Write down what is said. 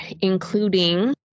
including